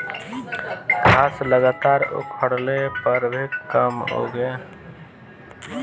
घास लगातार उखड़ले पर भी कम उगी